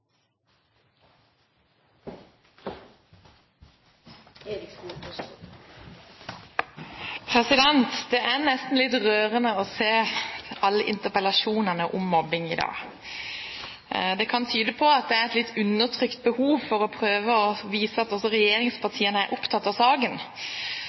nesten litt rørende å se alle interpellasjonene om mobbing i dag. Det kan tyde på at det er et litt undertrykt behov for å prøve å vise at også